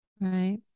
Right